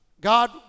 God